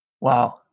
wow